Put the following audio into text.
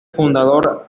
fundador